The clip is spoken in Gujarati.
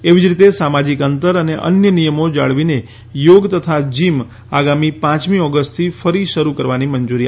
એવી જ રીતે સામાજિક અંતર અને અન્ય નિયમો જાળવીને યોગ તથા જીમ આગામી પાંચમી ઓગસ્ટથી ફરી શરૃ કરવાની મંજુરી આપી છે